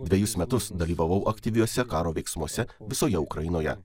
dvejus metus dalyvavau aktyviuose karo veiksmuose visoje ukrainoje